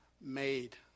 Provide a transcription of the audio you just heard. made